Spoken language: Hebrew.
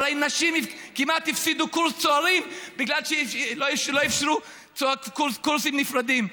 הרי נשים כמעט הפסידו קורס צוערים בגלל שלא אפשרו קורסים נפרדים,